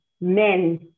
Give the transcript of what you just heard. men